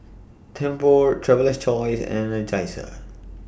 Tempur Traveler's Choice and Energizer